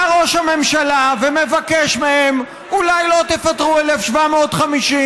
בא ראש הממשלה ומבקש מהם: אולי לא תפטרו 1,750?